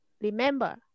remember